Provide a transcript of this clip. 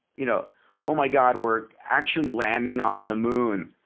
you know oh my god. we're actually landing on the moon.